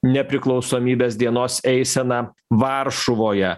nepriklausomybės dienos eiseną varšuvoje